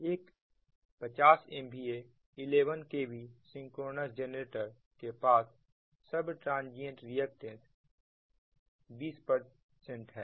एक 50 MVA 11 kV synchronous generator के पास सब ट्रांजियंट रिएक्टेंस 20 है